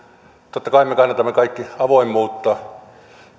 totta kai me kannatamme kaikki avoimuutta ja